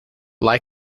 lie